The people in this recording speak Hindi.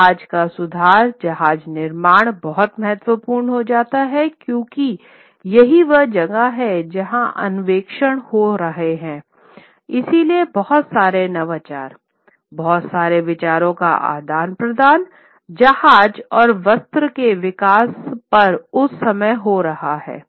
जहाज का सुधार जहाज निर्माण बहुत महत्वपूर्ण हो जाता है क्योंकि यही वह जगह है जहाँ अन्वेषण हो रहे हैं इसलिए बहुत सारे नवाचार बहुत सारे विचारों का आदान प्रदान जहाज और वस्त्र के विकास पर उस समय हो रहा है